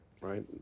right